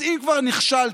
אז אם כבר נכשלתם,